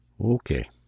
Okay